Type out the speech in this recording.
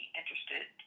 interested